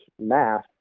math